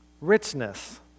Richness